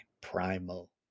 Primal